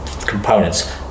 components